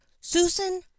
Susan